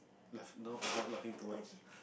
laugh don't avoid laughing too much